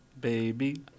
baby